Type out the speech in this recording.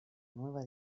nueva